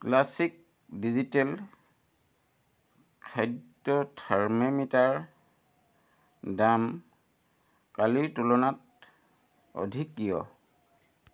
classic digital খাদ্য থাৰ্মোমিটাৰৰ দাম কালিৰ তুলনাত অধিক কিয়